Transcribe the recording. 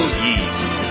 yeast